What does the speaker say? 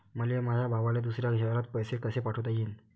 मले माया भावाले दुसऱ्या शयरात पैसे कसे पाठवता येईन?